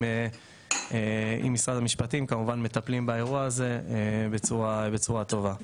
משרד המשפטים מטפלים באירוע הזה בצורה טובה.